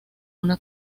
una